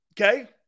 okay